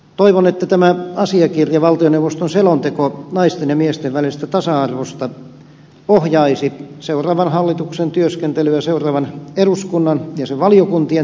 toivon että tämä asiakirja valtioneuvoston selonteko naisten ja miesten välisestä tasa arvosta ohjaisi seuraavan hallituksen työskentelyä seuraavan eduskunnan ja sen valiokuntien työskentelyä